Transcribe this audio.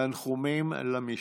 תנחומים למשפחה.